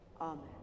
Amen